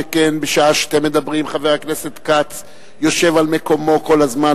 שכן בשעה שאתם מדברים חבר הכנסת כץ יושב על מקומו כל הזמן,